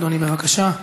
אדוני, בבקשה.